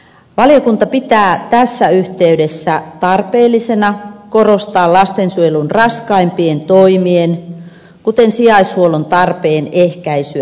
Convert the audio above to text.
valiokunta pitää tässä yhteydessä tarpeellisena korostaa lastensuojelun raskaimpien toimien kuten sijaishuollon tarpeen ehkäisyä ennakolta